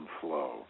flow